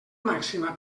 màxima